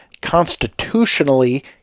constitutionally